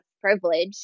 privilege